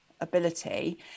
ability